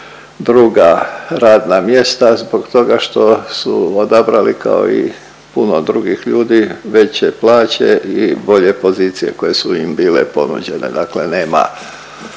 druga radna mjesta zbog toga što su odabrali kao i puno drugih ljudi veće plaće i bolje pozicije koje su im bile ponuđene, dakle nema